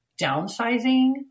downsizing